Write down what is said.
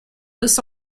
los